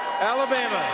Alabama